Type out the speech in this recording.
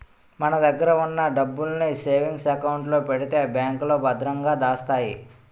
మన దగ్గర ఉన్న డబ్బుల్ని సేవింగ్ అకౌంట్ లో పెడితే బ్యాంకులో భద్రంగా దాస్తాయి